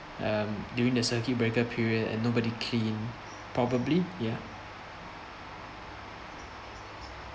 um during the circuit breaker period and nobody clean probably ya